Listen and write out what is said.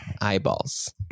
eyeballs